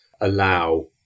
allow